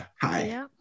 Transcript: hi